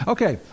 Okay